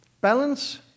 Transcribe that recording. balance